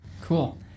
Cool